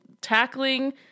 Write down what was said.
tackling